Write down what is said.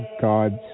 God's